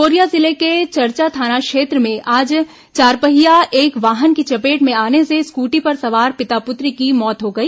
Korea जिले के चरचा थाना क्षेत्र में आज चारपहिया एक वाहन की चपेट में आने से स्कूटी पर सवार पिता पुत्री की मौत हो गई